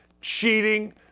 cheating